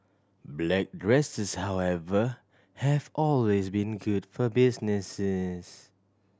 black dresses however have always been good for businesses